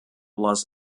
los